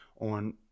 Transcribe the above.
on